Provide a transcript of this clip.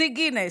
שיא גינס,